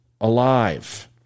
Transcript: alive